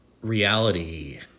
reality